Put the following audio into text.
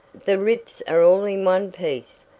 the rips are all in one piece.